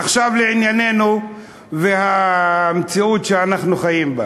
עכשיו לענייננו ולמציאות שאנחנו חיים בה.